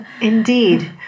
Indeed